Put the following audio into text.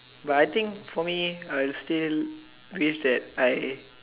but I think for me I still wish that I